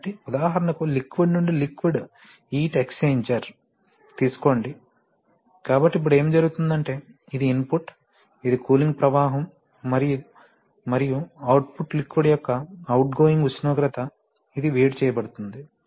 కాబట్టి ఉదాహరణకు లిక్విడ్ నుండి లిక్విడ్ హీట్ ఎక్స్చేంజ్జార్ తీసుకోండి కాబట్టి ఇప్పుడు ఏమి జరుగుతుందంటే ఇది ఇన్పుట్ ఇది కూలింగ్ ప్రవాహం మరియు అవుట్పుట్ లిక్విడ్ యొక్క అవుట్గోయింగ్ ఉష్ణోగ్రత ఇది వేడి చేయబడుతోంది